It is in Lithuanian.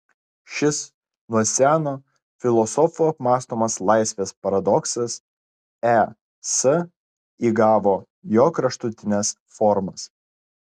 šis nuo seno filosofų apmąstomas laisvės paradoksas es įgavo jo kraštutines formas